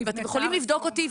ואתם יכולים לבדוק אותי.